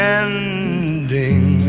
ending